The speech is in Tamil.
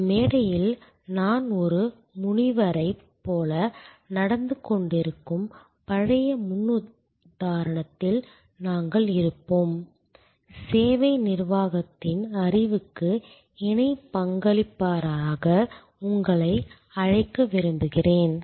ஒரு மேடையில் நான் ஒரு முனிவரைப் போல நடந்துகொண்டிருக்கும் பழைய முன்னுதாரணத்தில் நாங்கள் இருப்போம் சேவை நிர்வாகத்தின் அறிவுக்கு இணை பங்களிப்பாளராக உங்களை அழைக்க விரும்புகிறேன்